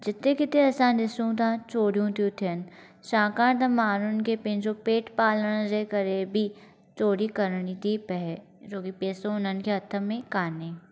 जिते किथे असां ॾिसूं था चोरियूं थी थियणु छाकाणि त माण्हुनि खे पंहिंजो पेटु पालण जे करे बि चोरी करणी थी पए छो पेसो हुननि खे हथ में कोन्हे